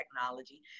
technology